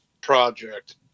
Project